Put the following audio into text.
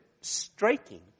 striking